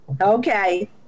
okay